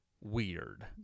weird